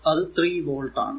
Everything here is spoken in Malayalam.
അത് 3 വോൾട് ആണ്